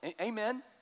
Amen